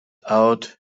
out